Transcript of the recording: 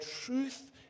truth